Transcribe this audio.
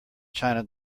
china